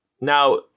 Now